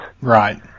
Right